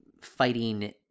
fighting